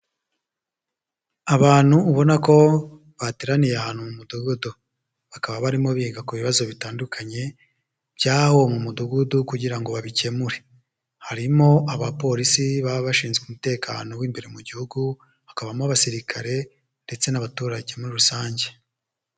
Abantu ubona ko bateraniye ahantu mu Mudugudu, bakaba barimo biga ku bibazo bitandukanye by'aho mu Mudugudu kugira ngo babikemure, harimo abapolisi baba bashinzwe umutekano w'imbere mu Gihugu, hakabamo abasirikare ndetse n'abaturage muri rusange.